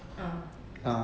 ah